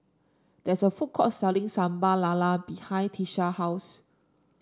there is a food court selling Sambal Lala behind Tisha house